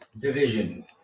Division